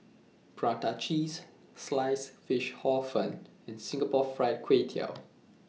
Prata Cheese Sliced Fish Hor Fun and Singapore Fried Kway Tiao